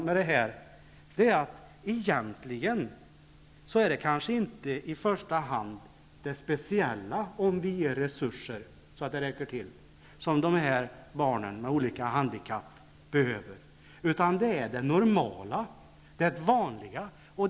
Vad jag vill säga med detta är att det i första hand kanske egentligen inte är resurser som räcker till som dessa barn med handikapp speciellt behöver, utan det är det normala, det vanliga.